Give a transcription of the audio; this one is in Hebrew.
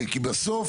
כי בסוף